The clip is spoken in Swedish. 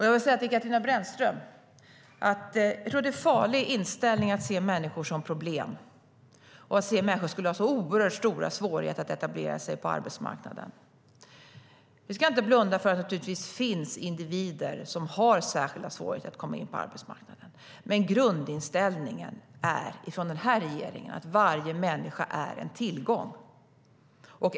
Jag vill säga till Katarina Brännström att jag tror att det är en farlig inställning att se människor som problem och tro att människor har så oerhört stora svårigheter att etablera sig på arbetsmarknaden. Vi ska inte blunda för att det naturligtvis finns individer som har särskilda svårigheter att komma in på arbetsmarknaden. Men grundinställningen från denna regering är att varje människa är en tillgång.